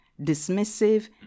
dismissive